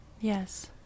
yes